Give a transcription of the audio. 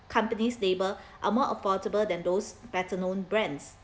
companies label are more affordable than those better known brands